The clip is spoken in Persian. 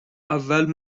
اول